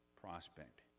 prospect